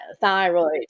thyroid